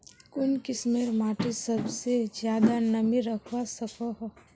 कुन किस्मेर माटी सबसे ज्यादा नमी रखवा सको हो?